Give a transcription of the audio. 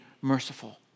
merciful